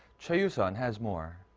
choi you-sun has more.